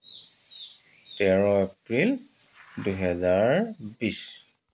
তেৰ এপ্ৰিল দুহেজাৰ বিছ